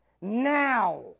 now